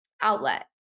outlet